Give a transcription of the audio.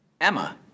Emma